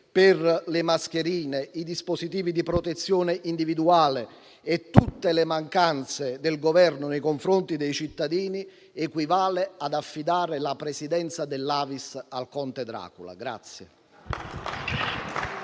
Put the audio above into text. delle mascherine e dei dispositivi di protezione individuale e tutte le mancanze del Governo nei confronti dei cittadini - equivale ad affidare la presidenza dell'Avis al conte Dracula.